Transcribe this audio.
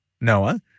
Noah